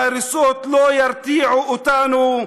וההריסות לא ירתיעו אותנו.